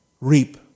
reap